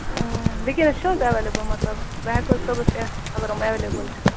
وٕنۍ کٮ۪ننَس چھِ حظ تۄہہِ ایویلِبٕل مَطلَب بہٕ ہیکہ حظ صُحبس یِتھ اگر یِم ایویلِبٕل چھِ